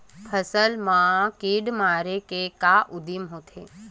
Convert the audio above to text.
फसल मा कीट मारे के का उदिम होथे?